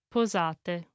Posate